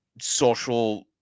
social